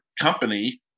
company